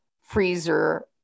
freezer